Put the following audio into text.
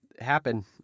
happen